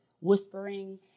whispering